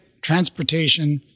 transportation